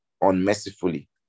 unmercifully